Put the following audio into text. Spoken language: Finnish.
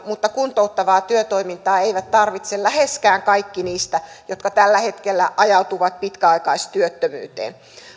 mutta kuntouttavaa työtoimintaa eivät tarvitse läheskään kaikki niistä jotka tällä hetkellä ajautuvat pitkäaikaistyöttömyyteen